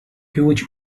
hugh